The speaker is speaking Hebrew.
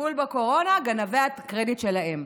טיפול בקורונה, גנבי הקרדיט, שלהם.